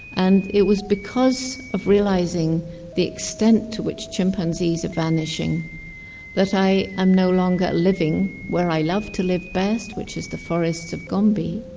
and it was because of realising the extent to which chimpanzees are vanishing that i am no longer living where i love to live best which is the forests of gombe,